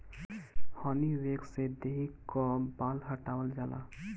हनी wax से देहि कअ बाल हटावल जाला